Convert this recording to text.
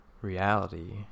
Reality